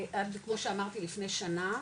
כמו שאמרתי לפני שנה,